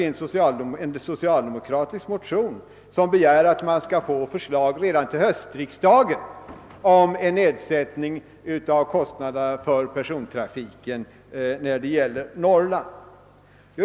I en socialdemokratisk motion begärs förslag redan till höstriksdagen om en nedsättning av kostnaderna för persontrafiken på Norrland.